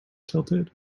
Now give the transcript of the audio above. tilted